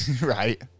right